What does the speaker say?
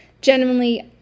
genuinely